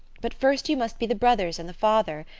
but first you must be the brothers and the father.